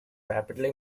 rapidly